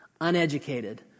uneducated